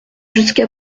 jusqu’à